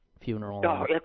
funeral